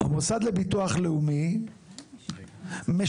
המוסד לביטוח לאומי משלם,